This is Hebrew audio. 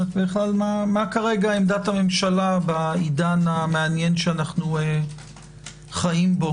מה כרגע עמדת הממשלה בעידן המעניין שאנו חיים בו